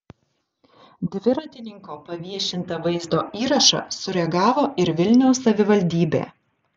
dviratininko paviešintą vaizdo įrašą sureagavo ir vilniaus savivaldybė